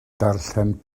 darllen